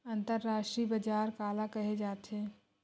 अंतरराष्ट्रीय बजार काला कहे जाथे?